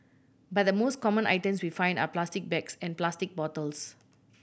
but the most common items we find are plastic bags and plastic bottles